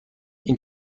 این